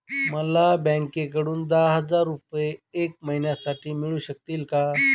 मला बँकेकडून दहा हजार रुपये एक महिन्यांसाठी मिळू शकतील का?